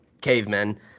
cavemen